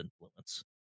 influence